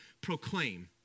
proclaim